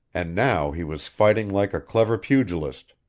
and now he was fighting like a clever pugilist.